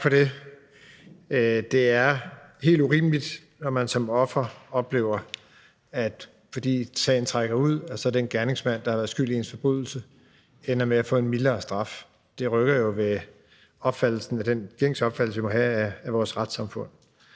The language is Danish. Tak for det. Det er helt urimeligt, når man som offer oplever, at sagen trækker ud, og at den gerningsmand, der har været skyld i forbrydelsen, ender med at få en mildere straf. Det rykker jo ved den gængse opfattelse, vi må have, af vores retssamfund.